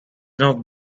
now